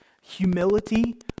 Humility